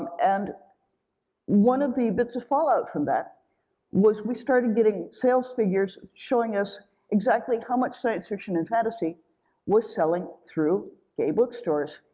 um and one of the bits of fallout from that was we started getting sales figures showing us exactly how much science fiction and fantasy was selling through gay bookstores.